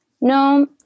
no